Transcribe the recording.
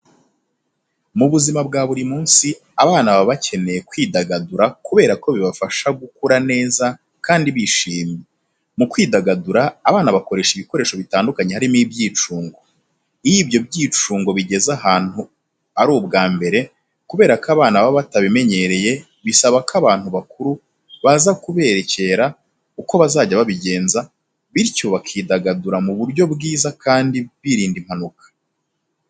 Mubuzima bwa burimunsi, abana baba bakeneye kwidagadura kuberako bibafasha gukura neza kandi bishimye. Mukwidagadura, abana bakoresha ibikoresho bitandukanye harimo n'ibyicungo. Iyo ibyo byicungo bigeze ahantu ari ubwambere, kuberako abana baba batabimenyereye, bisaba ko abantu bakuru baza kuberekera uko bazajya babigenza, bityo bakidagadura muburyo bwiza kandi birinda impanuka.